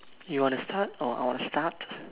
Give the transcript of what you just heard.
you want to start or I want to start